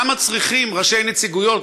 למה צריכים ראשי נציגויות,